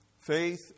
faith